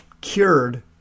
cured